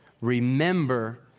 Remember